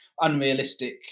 unrealistic